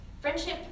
Friendship